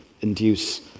induce